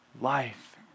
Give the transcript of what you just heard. life